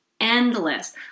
endless